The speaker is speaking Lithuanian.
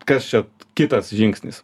kas čia kitas žingsnis